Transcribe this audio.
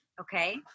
Okay